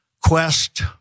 Quest